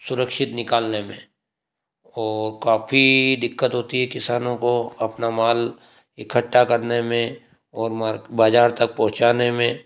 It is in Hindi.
सुरक्षित निकालने में और काफ़ी दिक्कत होती है किसानों को अपना माल इकट्ठा करने में और बजार तक पहुँचाने में